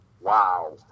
Wow